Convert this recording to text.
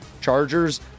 Chargers